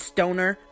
Stoner